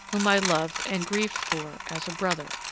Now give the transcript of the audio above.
whom i loved, and grieved for, as a brother.